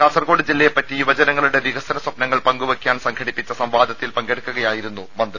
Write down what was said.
കാസർകോട് ജില്ലയെപ്പറ്റി യുവജനങ്ങളുടെ വികസന സ്വപ്നങ്ങൾ പങ്കുവയ്ക്കാൻ സംഘടിപ്പിച്ച സംവാദത്തിൽ പങ്കെടുക്കുകയായിരുന്നു മന്ത്രി